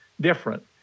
different